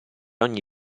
ogni